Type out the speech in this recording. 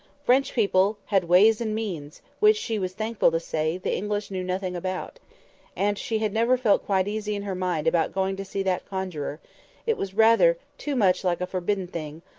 french people had ways and means which, she was thankful to say, the english knew nothing about and she had never felt quite easy in her mind about going to see that conjuror it was rather too much like a forbidden thing,